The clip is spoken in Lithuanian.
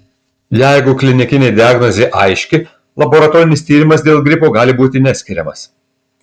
jeigu klinikinė diagnozė aiški laboratorinis tyrimas dėl gripo gali būti neskiriamas